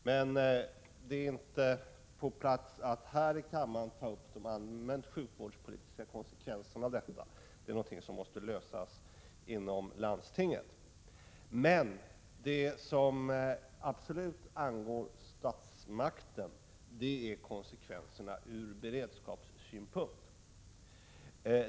Men det är inte på sin plats att här i kammaren ta upp de allmänt sjukvårdspolitiska konsekvenserna av detta. Det är någonting som måste lösas inom landstinget. Det som dock absolut angår statsmakten är konsekvenserna ur beredskapssynpunkt.